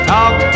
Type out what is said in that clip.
Talk